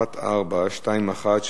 שאילתא מס' 1421,